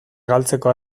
galtzeko